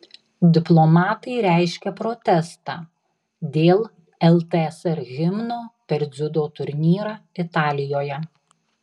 diplomatai reiškia protestą dėl ltsr himno per dziudo turnyrą italijoje